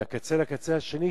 מהקצה לקצה השני,